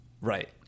Right